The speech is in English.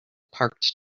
parked